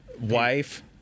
wife